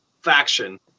faction